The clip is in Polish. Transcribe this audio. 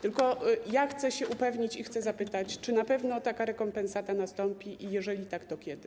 Tylko ja chcę się upewnić i chcę zapytać, czy na pewno taka rekompensata nastąpi, a jeżeli tak, to kiedy.